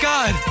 God